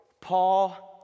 Paul